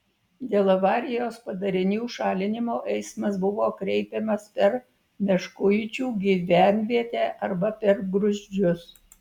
dėl avarijos padarinių šalinimo eismas buvo kreipiamas per meškuičių gyvenvietę arba per gruzdžius